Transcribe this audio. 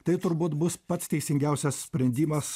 tai turbūt bus pats teisingiausias sprendimas